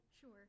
sure